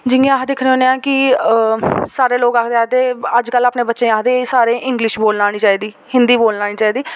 जि'यां अस दिक्खने होने आं कि अ सारे लोक आखदे अज्जकल अपने बच्चें ई आखदे इंग्लिश बोलना आनी चाहि्दी हिंदी बोलना आनी चाहि्दी